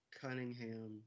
Cunningham